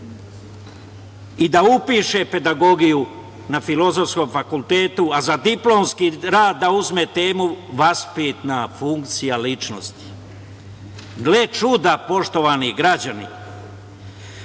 i da upiše pedagogiju na Filozofskom fakultetu, a za diplomski rad da uzme temu – vaspitna funkcija ličnosti. Gle čuda, poštovani građani,